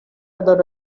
other